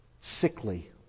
sickly